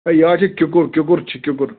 اَے یہِ حظ چھِ کِکُر کِکُر چھُ کِکُر